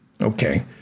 Okay